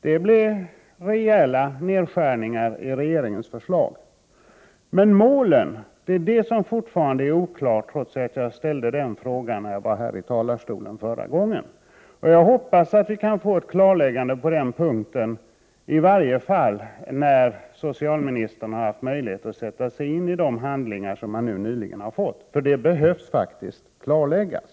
Det blir rejäla nedskärningar i regeringens förslag, men målen är fortfarande oklara, trots att jag frågade när jag stod i talarstolen förra gången. Jag hoppas att vi kan få ett klarläggande på denna punkt, i varje fall när socialministern har haft möjlighet att sätta sig in i de handlingar som han nyligen har fått. Det behövs faktiskt ett klarläggande.